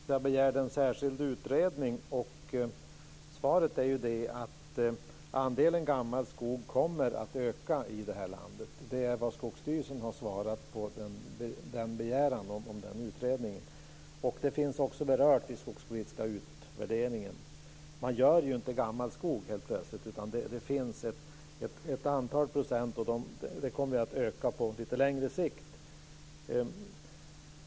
Fru talman! Om andelen gammelskog har vi haft en debatt tidigare där man begärde en särskild utredning. Svaret är att andelen gammalskog kommer att öka i det här landet. Det är vad Skogsstyrelsen har svarat på begäran om en utredning. Det är också berört i den skogspolitiska utvärderingen. Man gör inte gammelskog helt plötsligt, utan det finns ett antal procent gammelskog, och det kommer att öka på lite längre sikt.